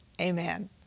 Amen